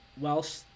Welsh